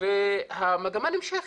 והמגמה נמשכת.